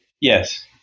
Yes